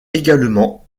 également